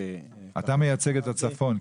אתה מייצג את הצפון?